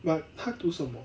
but 他读什么